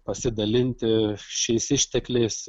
pasidalinti šiais ištekliais